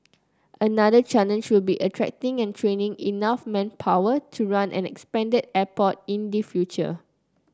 another challenge will be attracting and training enough manpower to run an expanded airport in the future